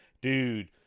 dude